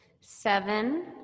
seven